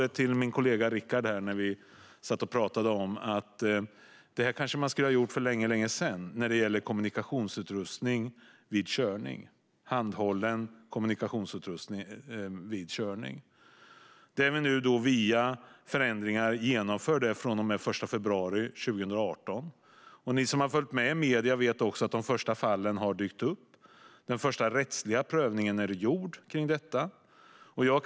Jag sa till min kollega Rikard, när vi pratade om det, att vi kanske skulle ha gjort det här för länge sedan. Vi genomförde förändringar från och med den 1 februari 2018. Och ni som har följt med i medierna vet att de första fallen har dykt upp. Den första rättsliga prövningen när det gäller detta är gjord.